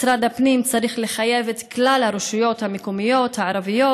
משרד הפנים צריך לחייב את כלל הרשויות המקומיות הערביות